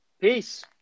peace